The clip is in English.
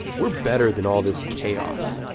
we're better than all of this chaos.